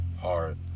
Hard